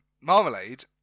Marmalade